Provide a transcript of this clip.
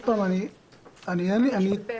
כן, אין לנו בעיה.